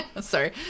Sorry